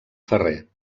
ferrer